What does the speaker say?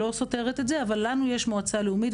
אבל לנו יש מועצה לאומית,